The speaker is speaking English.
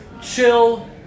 chill